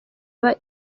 aba